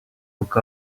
look